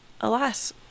alas